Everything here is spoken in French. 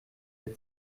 les